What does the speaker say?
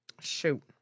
shoot